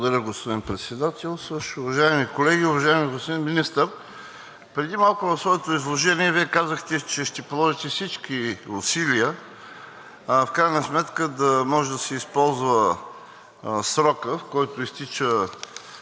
Благодаря, господин Председателстващ. Уважаеми колеги! Уважаеми господин Министър, преди малко в своето изложение Вие казахте, че ще положите всички усилия в крайна сметка да може да се използва срокът, който изтича